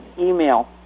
email